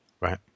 right